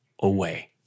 away